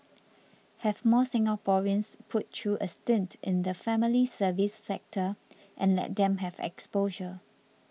have more Singaporeans put through a stint in the family service sector and let them have exposure